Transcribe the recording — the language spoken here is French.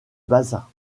bassa